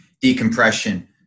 decompression